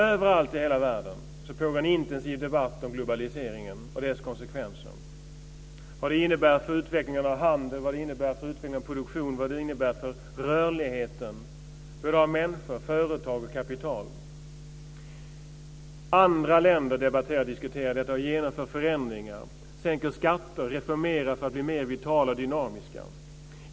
Överallt i hela världen pågår nämligen en intensiv debatt om globaliseringen och dess konsekvenser - vad den innebär för utvecklingen av handel, vad den innebär för utvecklingen av produktion och vad den innebär för rörligheten, för människor, företag och kapital. Andra länder debatterar och diskuterar detta och genomför förändringar, sänker skatter och reformerar för att bli mer vitala och dynamiska.